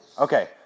Okay